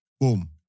Boom